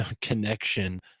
connection